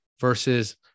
versus